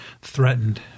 threatened